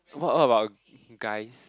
what what about guys